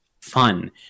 fun